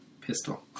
pistol